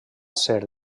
ser